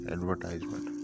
Advertisement